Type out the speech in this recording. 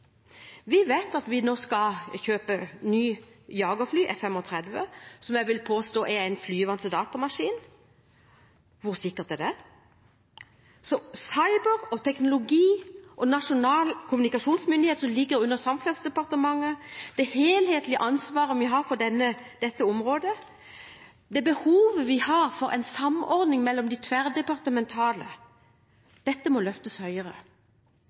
Vi vet at vi nå skal kjøpe nye jagerfly, F-35, som jeg vil påstå er flyvende datamaskiner. Hvor sikkert er det? Cyberteknologi og nasjonal kommunikasjonsmyndighet, som ligger under Samferdselsdepartementet, det helhetlige ansvaret vi har for dette området, og det behovet vi har for en samordning tverrdepartementalt, må løftes høyere.